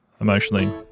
emotionally